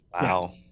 wow